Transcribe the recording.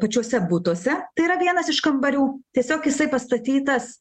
pačiuose butuose tai yra vienas iš kambarių tiesiog jisai pastatytas